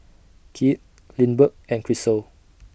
Kieth Lindbergh and Krystle